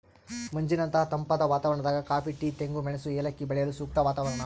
ಮಂಜಿನಂತಹ ತಂಪಾದ ವಾತಾವರಣದಾಗ ಕಾಫಿ ಟೀ ತೆಂಗು ಮೆಣಸು ಏಲಕ್ಕಿ ಬೆಳೆಯಲು ಸೂಕ್ತ ವಾತಾವರಣ